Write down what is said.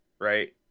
right